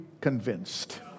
convinced